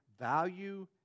Value